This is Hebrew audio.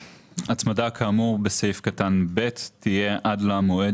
הצמדה כאמור בסעיף קטן (ב) תהיה עד למועד